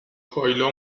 کایلا